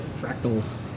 fractals